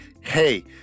hey